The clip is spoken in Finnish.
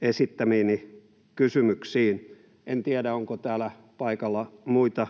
esittämiini kysymyksiin. En tiedä, onko täällä paikalla muita